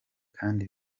kandi